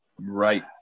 right